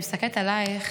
אני מסתכלת עלייך